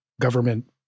government